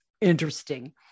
interesting